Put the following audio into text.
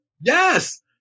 Yes